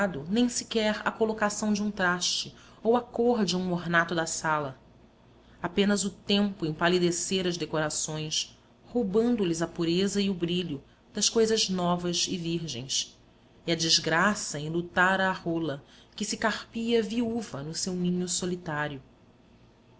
nem sequer a colocação de um traste ou a cor de um ornato da sala apenas o tempo empalidecera as decorações roubando lhes a pureza e o brilho das coisas novas e virgens e a desgraça enlutara a rola que se carpia viúva no seu ninho solitário